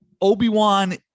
Obi-Wan